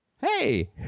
Hey